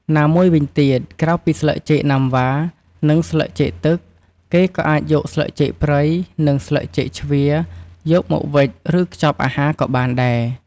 ណាមួយវិញទៀត ក្រៅពីស្លឹកចេកណាំវ៉ា និងស្លឹកចេកទឹក គេក៏អាចយកស្លឹកចេកព្រៃ និងស្លឹកចេកជ្វាយកមកវេច ឬខ្ចប់អាហារក៍បានដែរ។